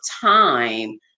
time